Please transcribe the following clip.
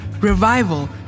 revival